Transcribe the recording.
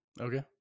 okay